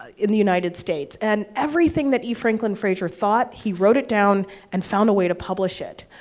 in the united states, and everything that e. franklin frazier thought, he wrote it down and found a way to publish it.